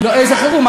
איזה חירום?